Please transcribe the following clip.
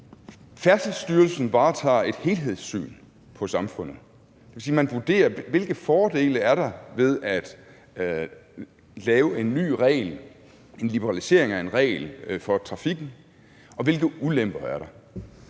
Færdselsstyrelsen varetager et helhedssyn på samfundet; det vil sige, at man vurderer, hvilke fordele der er ved at lave en ny regel, en liberalisering af en regel, for trafikken, og hvilke ulemper der er.